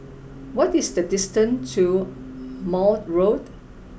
what is the distance to Maude Road